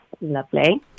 Lovely